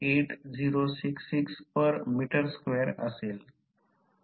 8066ms2 असेल